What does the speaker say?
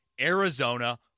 Arizona